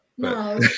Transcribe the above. No